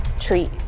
treat